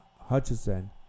Hutchison